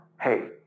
hey